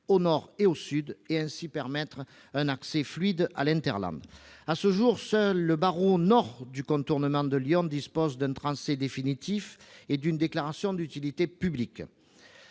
au nord et au sud, et ainsi permettre un accès fluide à l'. À ce jour, seul le barreau nord du contournement de Lyon dispose d'un tracé définitif et d'une déclaration d'utilité publique.